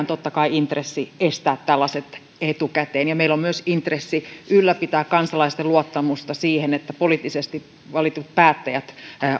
totta kai intressi estää tällaiset etukäteen ja meillä on myös intressi ylläpitää kansalaisten luottamusta siihen että poliittisesti valitut päättäjät